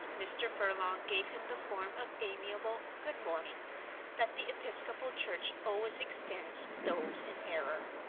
mr. furlong gave him the form of amiable good morning that the episcopal church always extends to those in error.